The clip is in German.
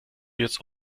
jetzt